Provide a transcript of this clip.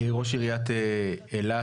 ראש עיריית אילת,